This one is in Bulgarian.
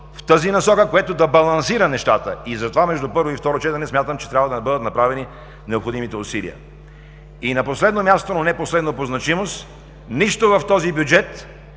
в тази насока, което да балансира нещата, и затова между първо и второ четене смятам, че трябва да бъдат направени необходимите усилия. И на последно място, но не последно по значимост, нищо в този бюджет